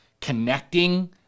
connecting